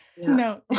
no